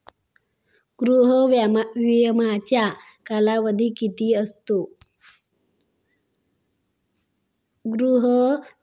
गृह विम्याचा कालावधी किती असतो?